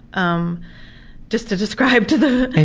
um just to describe to the.